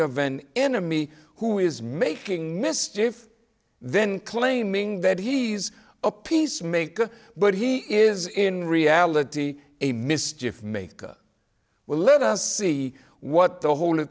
of an enemy who is making mischief then claiming that he's a peacemaker but he is in reality a mischief maker well let us see what the whole